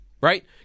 right